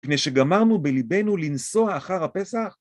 כני שגמרנו בלבנו לנסוע אחר הפסח.